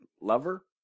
lover